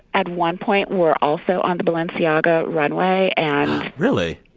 at one point, were also on the balenciaga runway. and. really?